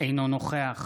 אינו נוכח